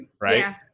right